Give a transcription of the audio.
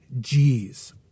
G's